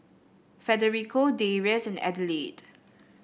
Federico Darrius and Adelaide